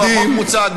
גמרנו, החוק מוצג.